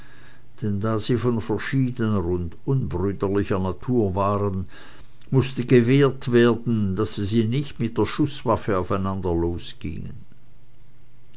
denn da sie von verschiedener und unbrüderlicher natur waren mußte gewehrt werden daß sie nicht mit der schießwaffe aufeinander losgingen